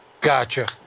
Gotcha